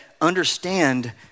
understand